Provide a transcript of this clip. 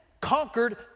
conquered